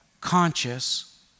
conscious